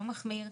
לא "מחמיר".